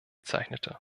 zeichnete